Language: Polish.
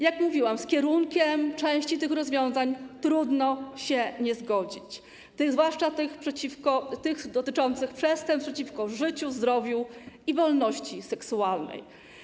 Jak mówiłam, z kierunkiem części tych rozwiązań trudno się nie zgodzić, zwłaszcza tych dotyczących przestępstw przeciwko życiu, zdrowiu i wolności seksualnej.